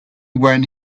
when